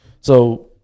So-